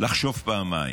לחשוב פעמיים.